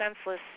senseless